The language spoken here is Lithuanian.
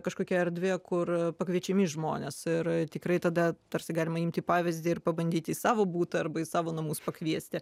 kažkokia erdvė kur pakviečiami žmonės ir tikrai tada tarsi galima imti pavyzdį ir pabandyti į savo butą arba į savo namus pakviesti